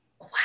wow